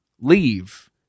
leave